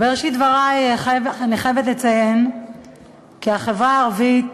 בראשית דברי אני חייבת לציין כי החברה הערבית,